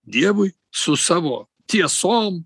dievui su savo tiesom